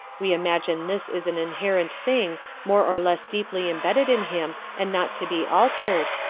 we imagine this is an inherent thing more or less deeply imbedded in him and not to be altered,